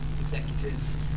executives